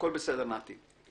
הכול בסדר, נתי.